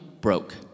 broke